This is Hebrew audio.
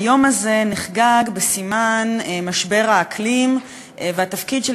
היום הזה נחגג בסימן משבר האקלים והתפקיד של